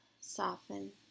soften